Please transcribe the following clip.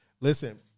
Listen